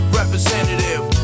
representative